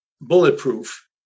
Bulletproof